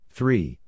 Three